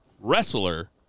wrestler